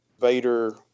Vader